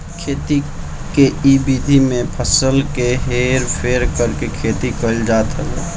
खेती के इ विधि में फसल के हेर फेर करके खेती कईल जात हवे